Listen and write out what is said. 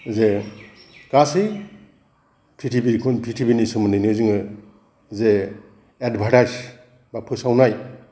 जे गासै फ्रिथिबि कुन फ्रिथिबिनि सोमोन्दैनो जोङो जे एदभार्तायस बा फोसावनाय